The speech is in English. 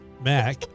Mac